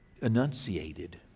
enunciated